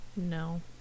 no